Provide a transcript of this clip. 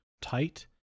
tight